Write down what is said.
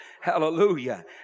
hallelujah